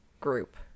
group